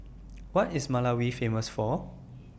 What IS Malawi Famous For